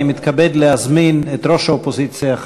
אני מתכבד להזמין את ראש האופוזיציה,